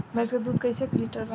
भैंस के दूध कईसे लीटर बा?